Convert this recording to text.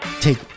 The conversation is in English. take